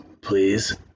please